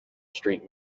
street